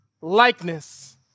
likeness